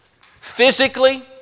Physically